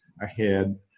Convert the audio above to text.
ahead